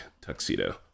Tuxedo